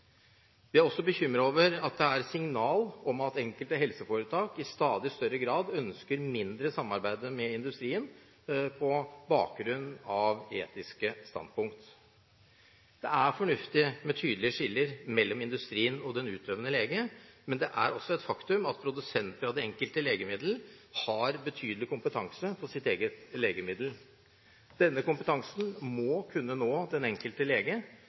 er også bekymret over at det er signal om at enkelte helseforetak i stadig større grad ønsker mindre samarbeid med industrien på bakgrunn av etiske standpunkt. Det er fornuftig med tydelige skiller mellom industrien og den utøvende lege, men det er også et faktum at produsenter av det enkelte legemiddel har betydelig kompetanse på sitt eget legemiddel. Denne kompetansen må kunne nå den enkelte lege,